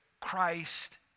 Christ